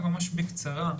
ממש בקצרה,